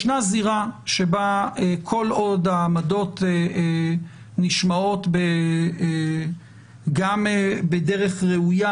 ישנה זירה שבה כל עוד העמדות נשמעות גם בדרך ראויה,